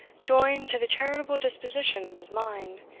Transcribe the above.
joined to the charitable disposition of his mind,